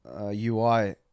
UI